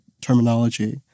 terminology